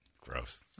Gross